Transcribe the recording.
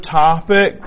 topic